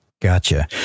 Gotcha